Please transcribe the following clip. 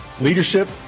leadership